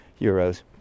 euros